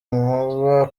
inkuba